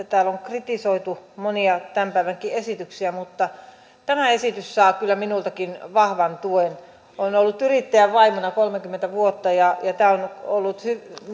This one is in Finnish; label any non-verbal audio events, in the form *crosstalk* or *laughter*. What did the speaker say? *unintelligible* täällä on kritisoitu monia tämänkin päivän esityksiä mutta tämä esitys saa kyllä minultakin vahvan tuen olen ollut yrittäjän vaimona kolmekymmentä vuotta ja tämä on ollut